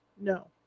No